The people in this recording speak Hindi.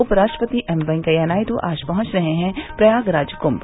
उप राष्ट्रपति एम वैकैया नायडू आज पहुंच रहे हैं प्रयागराज कुम्भ